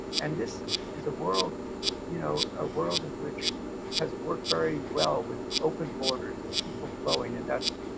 and this is a world you know ah world in which has worked very well with open borders and people flowing and that's